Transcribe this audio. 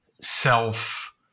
self